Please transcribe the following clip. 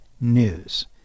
news